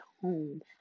home